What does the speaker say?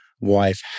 wife